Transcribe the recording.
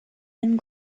and